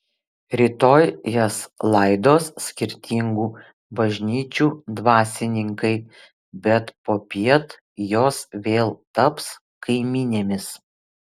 rytoj jas laidos skirtingų bažnyčių dvasininkai bet popiet jos vėl taps kaimynėmis